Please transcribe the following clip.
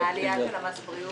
והעלייה של מס הבריאות?